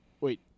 Wait